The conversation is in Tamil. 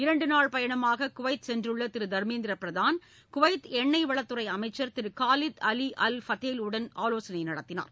இரண்டுநாள் பயணமாக குவைத் சென்றுள்ள திரு தர்மேந்திர பிரதான் குவைத் எண்ணெய் வளத்துறை அமைச்சர் Thiru Khalid Ali Al Fadhel உடன் ஆலோசனை நடத்தினார்